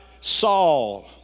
Saul